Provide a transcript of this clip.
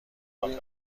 قوانین